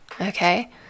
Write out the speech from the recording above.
Okay